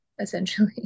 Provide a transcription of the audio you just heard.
essentially